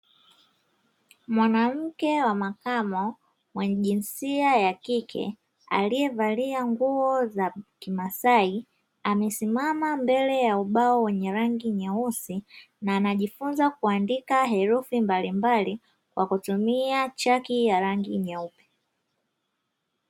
Mwanamke wa makamo mwenye jinsia ya kike aliyevalia nguo za kimasai amesimama mbele ya ubao wenye rangi nyeusi, na anajifunza kaandika herufi mbalimbali kwa kutumia chaki ya rangi nyeupe.